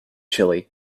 chili